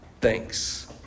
thanks